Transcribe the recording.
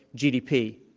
gdp.